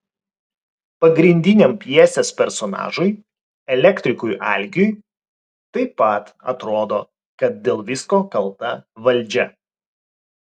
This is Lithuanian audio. pagrindiniam pjesės personažui elektrikui algiui taip pat atrodo kad dėl visko kalta valdžia